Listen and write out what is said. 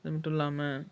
அது மட்டும் இல்லாமல்